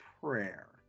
prayer